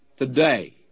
today